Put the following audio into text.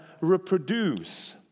reproduce